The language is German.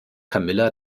camilla